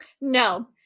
No